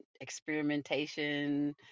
experimentation